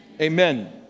amen